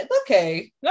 okay